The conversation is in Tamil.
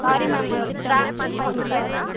சாரி மேம் அது ட்ரா தான் மேம் மிஸ் ஆயிருச்சு